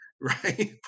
right